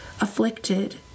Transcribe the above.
afflicted